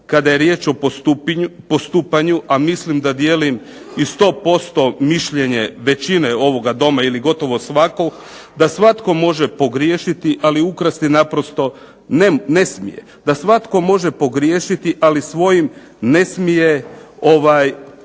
kada je riječ o postupanju, a mislim da dijelim i 100% mišljenje većine ovoga Doma ili gotovo svakog, da svatko može pogriješiti ali ukrasti naprosto ne smije, da svatko može pogriješiti, ali svojim ne smije